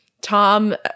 tom